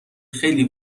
خیلی